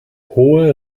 hohe